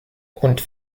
und